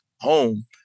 home